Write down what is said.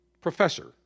professor